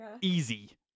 Easy